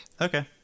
Okay